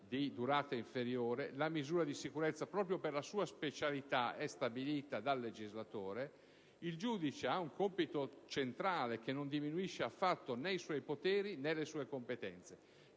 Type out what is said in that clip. di durata inferiore. La misura di sicurezza, proprio per la sua specialità, è stabilita dal legislatore. Il giudice ha un compito centrale, che non diminuisce né i suoi poteri né le sue competenze,